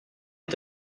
est